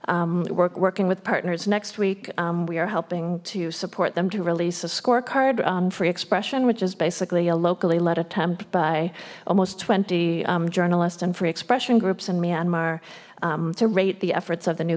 rights work working with partners next week we are helping to support them to release a scorecard on free expression which is basically a locally led attempt by almost twenty journalists and free expression groups in myanmar to rate the efforts of the new